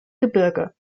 gebirge